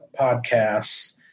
podcasts